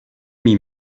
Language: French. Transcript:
m’y